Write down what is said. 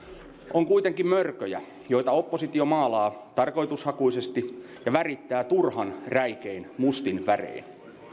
on kuitenkin mörköjä joita oppositio maalaa tarkoitushakuisesti ja värittää turhan räikein mustin värein